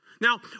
Now